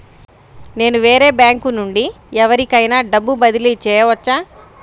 నేను వేరే బ్యాంకు నుండి ఎవరికైనా డబ్బు బదిలీ చేయవచ్చా?